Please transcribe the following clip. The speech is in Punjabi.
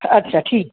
ਅੱਛਾ ਠੀਕ